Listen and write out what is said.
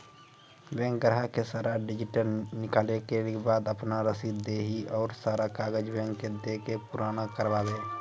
Bank ग्राहक के सारा डीटेल निकालैला के बाद आपन रसीद देहि और सारा कागज बैंक के दे के पुराना करावे?